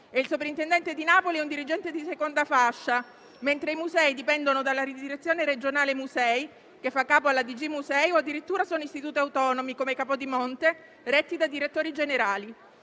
il soprintendente di Napoli è un dirigente di seconda fascia, mentre i musei dipendono dalla direzione regionale musei, che fa capo alla direzione generale musei o addirittura sono istituti autonomi, come Capodimonte, retti da direttori generali.